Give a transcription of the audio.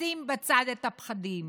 לשים בצד את הפחדים,